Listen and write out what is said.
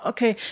Okay